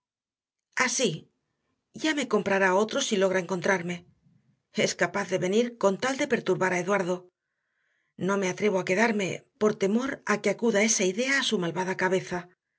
así ya me comprará otro si logra encontrarme es capaz de venir con tal de perturbar a eduardo no me atrevo a quedarme por temor a que acuda esa idea a su malvada cabeza